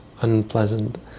unpleasant